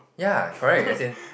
ya correct as in